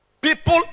People